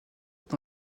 dont